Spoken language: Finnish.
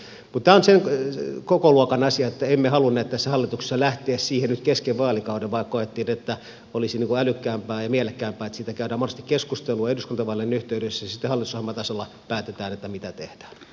mutta tämä on sen kokoluokan asia että emme halunneet tässä hallituksessa lähteä siihen nyt kesken vaalikauden vaan koettiin että olisi älykkäämpää ja mielekkäämpää että siitä käydään mahdollisesti keskustelua eduskuntavaalien yhteydessä ja sitten hallitusohjelmatasolla päätetään mitä tehdään